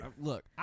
Look